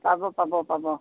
পাব পাব পাব